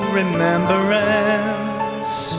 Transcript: remembrance